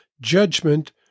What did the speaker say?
judgment